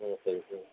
ம் சரிங்க சார்